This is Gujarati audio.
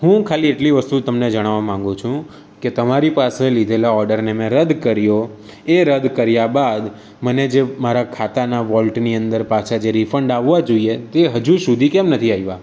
હું ખાલી એટલી વસ્તુ જ તમને જણાવા માંગુ છું કે તમારી પાસે લીધેલા ઓર્ડરને મેં રદ કર્યો એ રદ કર્યા બાદ મને જે મારા ખાતાના વૉલ્ટ પાછા જે રિફંડ આવવા જોઈએ તે હજુ સુધી કેમ નથી આવ્યા